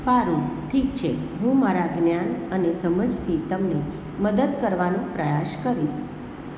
સારું ઠીક છે હું મારા જ્ઞાન અને સમજથી તમને મદદ કરવાનો પ્રયાસ કરીશ